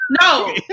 No